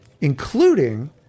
including